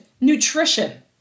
nutrition